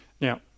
Now